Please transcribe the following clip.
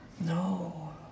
No